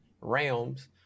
realms